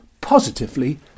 positively